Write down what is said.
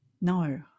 No